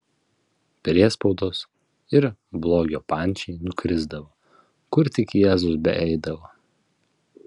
priespaudos ir blogio pančiai nukrisdavo kur tik jėzus beeidavo